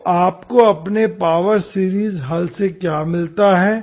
तो आपको अपने पावर सीरीज़ हल से क्या मिलता है